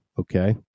okay